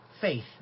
faith